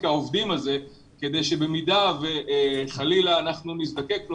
העובדים הזה כדי שבמידה וחלילה אנחנו נזדקק לו,